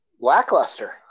lackluster